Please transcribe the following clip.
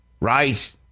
Right